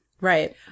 right